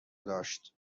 داشت